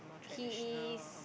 he is